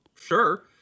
Sure